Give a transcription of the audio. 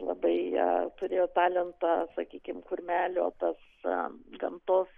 labai turėjo talentą sakykim kurmelio tas gamtos